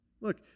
Look